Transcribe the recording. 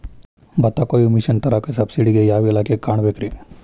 ಭತ್ತ ಕೊಯ್ಯ ಮಿಷನ್ ತರಾಕ ಸಬ್ಸಿಡಿಗೆ ಯಾವ ಇಲಾಖೆ ಕಾಣಬೇಕ್ರೇ?